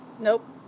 Nope